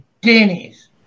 Denny's